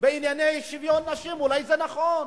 בענייני שוויון לנשים, אולי זה נכון?